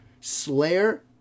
Slayer